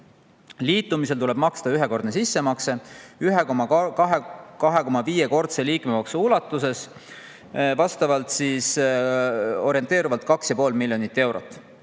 Liitumisel tuleb maksta ühekordne sissemakse 1,25-kordse liikmemaksu ulatuses, orienteerivalt 2,5 miljonit eurot,